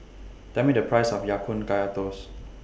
Tell Me The Price of Ya Kun Kaya Toast